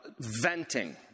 venting